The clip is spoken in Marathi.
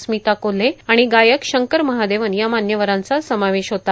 स्मिता कोल्हे आणि गायक शंकर महादेवन या मान्यवरांचा समावेश होता